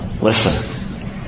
Listen